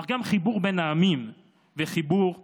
אך גם חיבור בין העמים וחיבור בינינו,